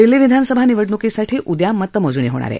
दिल्ली विधानसभा निवडणुकीसाठी उद्या मतमोजणी होणार आहे